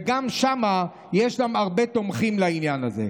וגם שם יש הרבה תומכים לעניין הזה.